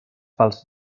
pels